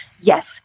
Yes